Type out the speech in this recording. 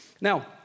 Now